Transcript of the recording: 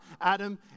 adam